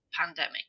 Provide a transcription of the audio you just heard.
pandemic